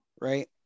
right